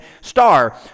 star